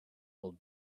old